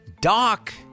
Doc